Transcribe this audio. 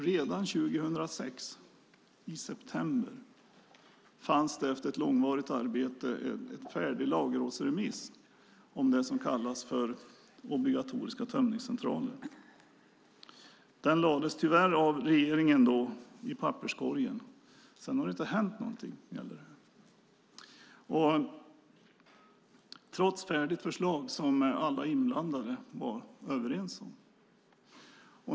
Redan i september 2006 fanns det, efter ett långvarigt arbete, en färdig lagrådsremiss om det som kallas för obligatoriska tömningscentraler. Den lade regeringen, tyvärr, i papperskorgen. Sedan har det inte hänt någonting med detta, trots ett färdigt förslag som alla inblandade var överens om.